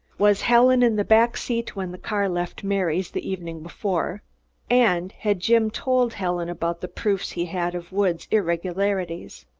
was helen in the back seat when the car left mary's the evening before and had jim told helen about the proofs he had of woods' irregularities?